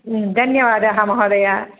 धन्यवादाः महोदय